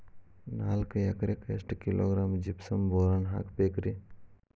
ನಾಲ್ಕು ಎಕರೆಕ್ಕ ಎಷ್ಟು ಕಿಲೋಗ್ರಾಂ ಜಿಪ್ಸಮ್ ಬೋರಾನ್ ಹಾಕಬೇಕು ರಿ?